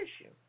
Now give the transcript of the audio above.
issue